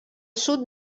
sud